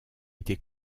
été